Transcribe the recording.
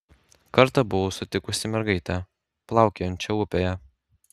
kartą buvau sutikusi mergaitę plaukiojančią upėje